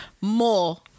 more